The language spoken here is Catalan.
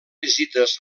visites